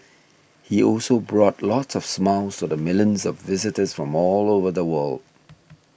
he also brought lots of smiles to the millions of visitors from all over the world